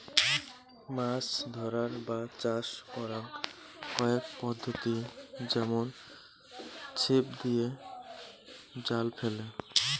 মাছ ধরার বা চাষ করাং কয়েক পদ্ধতি যেমন ছিপ দিয়ে, জাল ফেলে